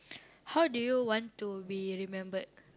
how do you want to be remembered